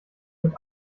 mit